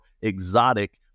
exotic